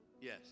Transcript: yes